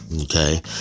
Okay